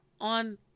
on